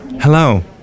Hello